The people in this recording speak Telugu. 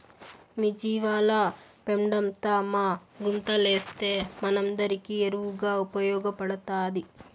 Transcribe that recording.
మీ జీవాల పెండంతా మా గుంతలేస్తే మనందరికీ ఎరువుగా ఉపయోగపడతాది